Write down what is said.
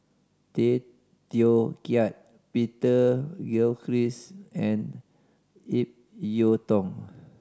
Tay Teow Kiat Peter Christ and Ip Yiu Tung